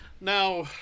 Now